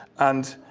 and